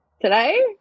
Today